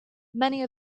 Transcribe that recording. many